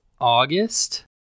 August